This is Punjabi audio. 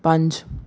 ਪੰਜ